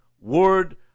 word